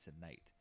tonight